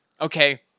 okay